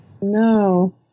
No